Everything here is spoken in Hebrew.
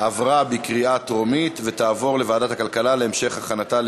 של כלבים), התשע"ו 2016, לוועדת הכלכלה נתקבלה.